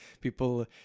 people